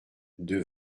deux